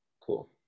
Cool